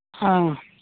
ꯑꯥ